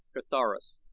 carthoris,